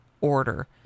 order